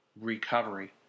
recovery